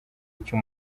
icyo